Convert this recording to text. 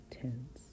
tense